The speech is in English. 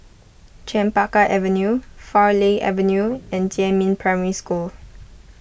Chempaka Avenue Farleigh Avenue and Jiemin Primary School